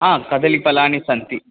हा कदलीफलानि सन्ति